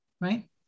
right